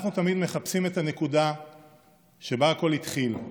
אנחנו תמיד מחפשים את הנקודה שבה הכול התחיל,